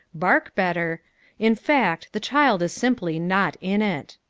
bark better in fact, the child is simply not in it.